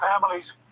families